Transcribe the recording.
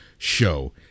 show